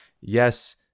yes